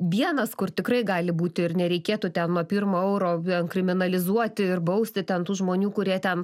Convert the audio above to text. vienas kur tikrai gali būti ir nereikėtų ten nuo pirmo euro vien kriminalizuoti ir bausti ten tų žmonių kurie ten